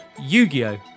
Yu-Gi-Oh